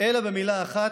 במילה אחת: